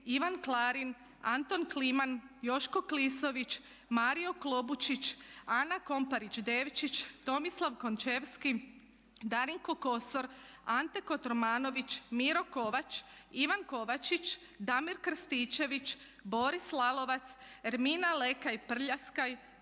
Ivan Klarin, Anton Kliman, Joško Klisović, Mario Klobučić, Ana Komparić Devčić, Tomislav Končevski, Darinko Kosor, Ante Kotromanović, Miro Kovač, Ivan Kovačić, Damir Krstičević, Boris Lalovac, Ermina Lekaj Prljaskaj,